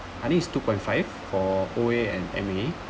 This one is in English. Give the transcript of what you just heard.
I think it's two point five for O_A and M_A